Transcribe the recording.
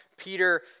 Peter